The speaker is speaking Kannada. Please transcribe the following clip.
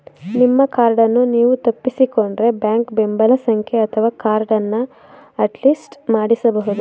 ನಿಮ್ಮ ಕಾರ್ಡನ್ನು ನೀವು ತಪ್ಪಿಸಿಕೊಂಡ್ರೆ ಬ್ಯಾಂಕ್ ಬೆಂಬಲ ಸಂಖ್ಯೆ ಅಥವಾ ಕಾರ್ಡನ್ನ ಅಟ್ಲಿಸ್ಟ್ ಮಾಡಿಸಬಹುದು